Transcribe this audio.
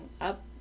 up